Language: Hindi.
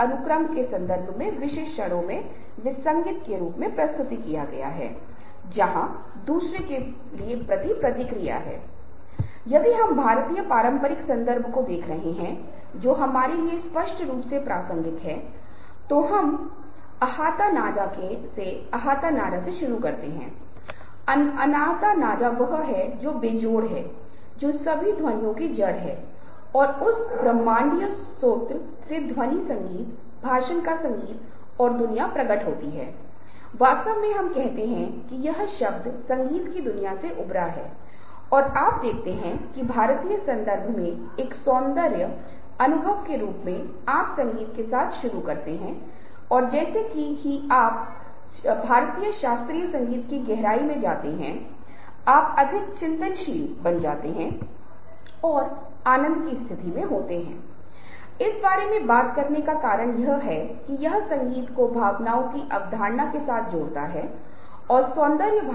हम पहले स्लाइड में प्रश्नों पर परीक्षण करते हैं लेकिन हम थोड़ा विस्तार कर रहे हैं कि किस प्रकार के प्रश्न हैं जो प्रश्नों को निर्दिष्ट करते हैं जो प्रश्नों को स्पष्ट करते हैं जो एक विशिष्ट दिशा के प्रश्नों का नेतृत्व करते हैं जो आपके पहले के अवलोकन और विशेष व्यक्ति के मूल्यांकन पर आधारित होते हैं अब आप जानते हैं कि आप क्या पूछने जा रहे हैं और क्यों क्योंकि अक्सर व्यापारिक बातचीत में हम एक तरह के आइस ब्रेकर के साथ शुरू करते हैं जो आपको उस व्यक्ति और इस आकलन से पता चलता है कि आप व्यक्ति के बारे में क्या सीख रहे हैं क्योंकि यह बहुत महत्वपूर्ण है क्योंकि जानकारी समान हो सकती है लेकिन आप जानकारी को किस तरह से स्थान दे रहे हैं आप उस जानकारी के बारे में कैसे बात करने जा रहे हैं आप कैसे जानकारी साझा करने जा रहे हैं यह जानकारी बहुत महत्वपूर्ण हो जाती है